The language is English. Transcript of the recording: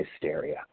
hysteria